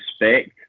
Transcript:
respect